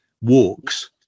walks